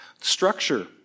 Structure